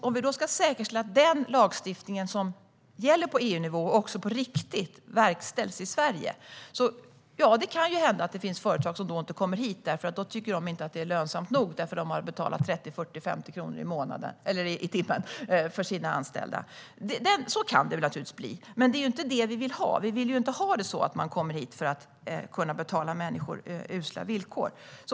Om vi då ska säkerställa att den lagstiftning som gäller på EU-nivå också på riktigt verkställs i Sverige kan det hända att det finns företag som inte kommer hit därför att de tycker att det inte är lönsamt nog, eftersom de har betalat sina anställda 30, 40 eller 50 kronor i timmen. Så kan det naturligtvis bli, men vi vill ju inte ha det så att man kommer hit för att kunna ge människor usla villkor.